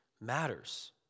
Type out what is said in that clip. matters